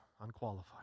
unqualified